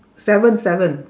seven seven